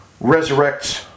resurrects